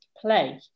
play